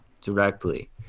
directly